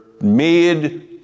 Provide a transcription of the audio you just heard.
made